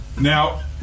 Now